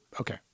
okay